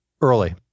Early